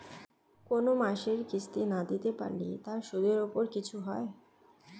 কোন মাসের কিস্তি না দিতে পারলে তার সুদের উপর কিছু হয়?